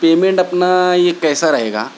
payment اپنا یہ کیسا رہے گا